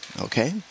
Okay